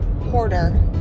Porter